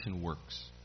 works